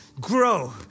Grow